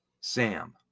Sam